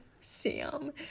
Sam